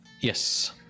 Yes